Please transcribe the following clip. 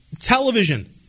television